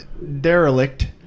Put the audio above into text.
Derelict